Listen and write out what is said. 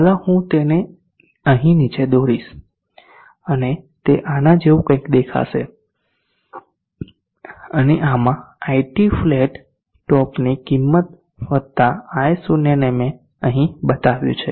ચાલો હું તેને અહીં નીચે દોરીશ અને તે આના જેવું કંઈક દેખાશે અને આમાં iT ફ્લેટ ટોપની કિમત વતા i0 ને મેં અહીં સૂચવ્યું છે